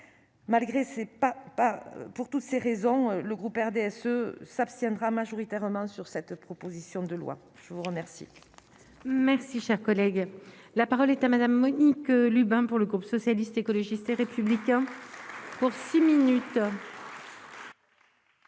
toutes ces raisons, le groupe RDSE s'abstiendra majoritairement sur cette proposition de loi, je vous remercie. Merci, cher collègue, la parole est à madame Monique Lubin, pour le groupe socialiste, écologiste et républicain. Madame